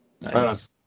Nice